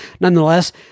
Nonetheless